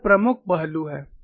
तो यह प्रमुख पहलू है